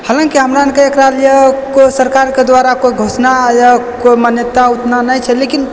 हालाँकि हमरा अरके एकरा लिये कोइ सरकारके दुआरा कोइ घोषणा या कोइ मान्यता उतना नहि छै लेकिन